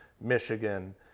Michigan